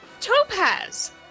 topaz